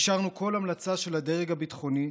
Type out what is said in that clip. אישרנו כל המלצה של הדרג הביטחוני,